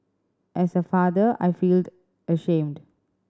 as a father I feel ashamed